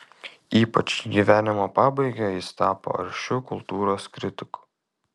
ypač į gyvenimo pabaigą jis tapo aršiu kultūros kritiku